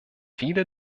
viele